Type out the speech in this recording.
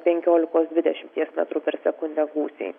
penkiolikos dvidešimties metrų per sekundę gūsiai